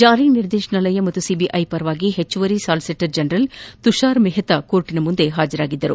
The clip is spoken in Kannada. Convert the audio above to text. ಜಾರಿ ನಿರ್ದೇಶನಾಲಯ ಮತ್ತು ಸಿಬಿಐ ಪರವಾಗಿ ಹೆಚ್ಲುವರಿ ಸ್ನಾಲಿಸೇಟರ್ ಜನರಲ್ ತುಷಾರ್ ಮೆಹ್ತಾ ನ್ನಾಯಾಲಯದ ಮುಂದೆ ಹಾಜರಾಗಿದ್ದರು